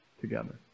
together